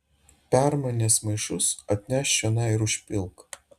permainęs maišus atnešk čionai ir užpilk